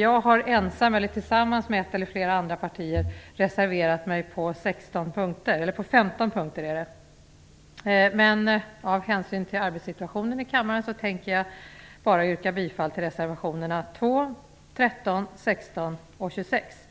Jag har ensam eller tillsammans med representanter för ett eller flera andra partier reserverat mig på 15 punkter. Av hänsyn till arbetssituationen i kammaren tänker jag bara yrka bifall till reservationerna 2, 13, 16 och 26.